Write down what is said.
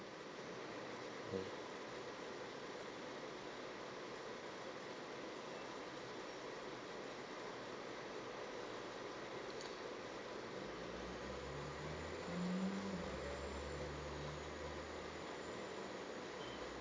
mm